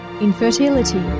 Infertility